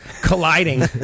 colliding